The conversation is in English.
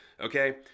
Okay